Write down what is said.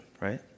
Right